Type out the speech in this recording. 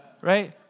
right